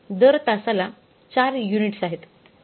दर तासाला 4 युनिट्स आहेत